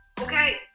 Okay